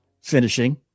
finishing